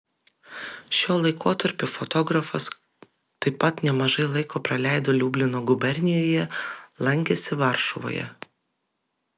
šiuo laikotarpiu fotografas taip pat nemažai laiko praleido liublino gubernijoje lankėsi varšuvoje